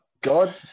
God